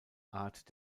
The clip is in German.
art